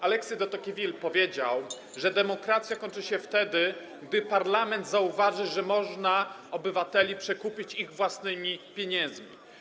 Alexis de Tocqueville powiedział, że demokracja kończy się wtedy, gdy parlament zauważy, że można obywateli przekupić ich własnymi pieniędzmi.